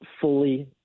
fully